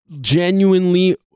genuinely